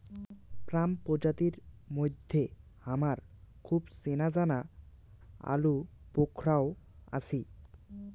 plum প্রজাতির মইধ্যে হামার খুব চেনাজানা আলুবোখরাও আছি